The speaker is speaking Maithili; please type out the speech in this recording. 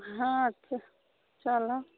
हँ ठीक चलब